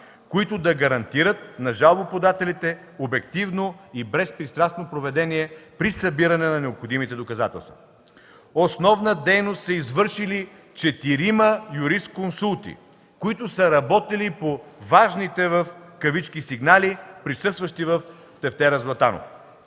които да гарантират на жалбоподателите обективно и безпристрастно поведение при събиране на необходимите доказателства. Основна дейност са извършили четирима юрисконсулти, които са работили по „важните” сигнали, присъстващи в тефтера на Златанов.